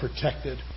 protected